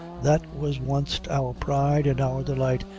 that was wanst our pride and our delight,